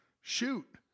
shoot